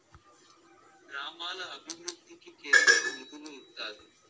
గ్రామాల అభివృద్ధికి కేంద్రం నిధులు ఇత్తాది